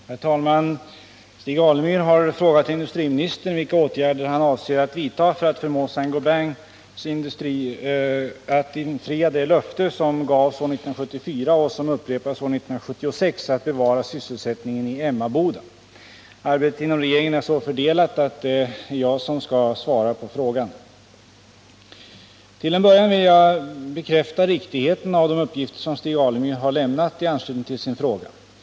Herr talman! Stig Alemyr har frågat industriministern vilka åtgärder han avser att vidta för att förmå Saint Gobain Industries att infria det löfte som gavs år 1974 och som upprepades år 1976 att bevara sysselsättningen i Emmaboda. Arbetet inom regeringen är så fördelat att det är jag som skall svara på frågan. Till en början vill jag bekräfta riktigheten av de uppgifter som Stig Alemyr har lämnat i anslutning till sin fråga.